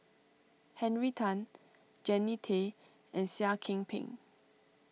Henry Tan Jannie Tay and Seah Kian Peng